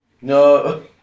No